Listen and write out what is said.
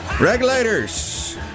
Regulators